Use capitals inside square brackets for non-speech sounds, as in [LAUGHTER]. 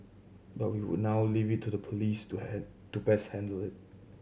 but we would now leave it to the police to [UNINTELLIGIBLE] to best handle it